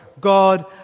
God